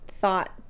thought